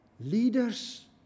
Leaders